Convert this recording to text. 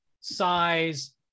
size